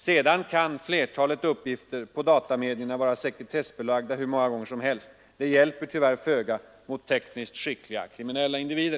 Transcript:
Sedan kan flertalet uppgifter på datamedierna vara sekretessbelagda hur många gånger som helst. Det hjälper tyvärr föga mot tekniskt skickliga kriminella individer.